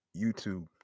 YouTube